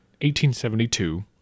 1872